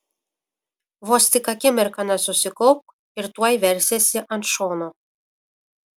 vos tik akimirką nesusikaupk ir tuoj versiesi ant šono